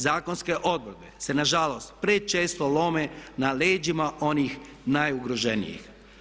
Zakonske odredbe se nažalost prečesto lome na leđima onih najugroženijih.